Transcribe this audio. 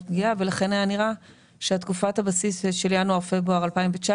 פגיעה ולכן היה נראה שתקופת הבסיס של ינואר-פברואר 2019